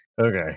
Okay